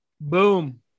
Boom